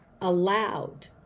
allowed